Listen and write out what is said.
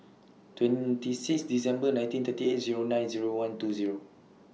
twenty six December nineteen thirty eight Zero nine Zero one two Zero